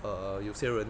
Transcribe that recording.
err 有些人